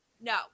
no